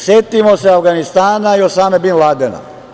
Setimo se Avganistana i Osame Bin Ladena.